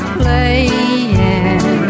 playing